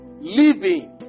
living